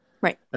Right